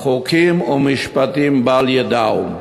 חוקים ומשפטים בל ידעום.